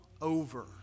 over